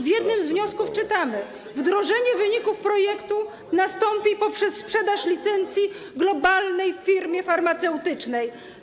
W jednym z wniosków czytamy: Wdrożenie wyników projektu nastąpi poprzez sprzedaż licencji globalnej firmie farmaceutycznej.